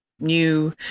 new